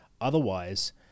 Otherwise